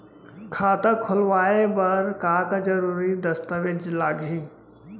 खाता खोलवाय बर का का जरूरी दस्तावेज लागही?